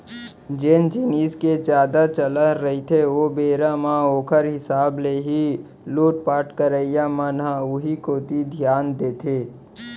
जेन जिनिस के जादा चलन रहिथे ओ बेरा म ओखर हिसाब ले ही लुटपाट करइया मन ह उही कोती धियान देथे